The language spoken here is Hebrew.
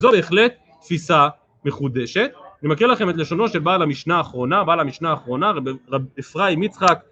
זו בהחלט תפיסה מחודשת, אני מקריא לכם את לשונו של בעל המשנה האחרונה, בעל המשנה האחרונה רבי אפרים יצחק